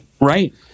Right